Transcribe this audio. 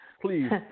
Please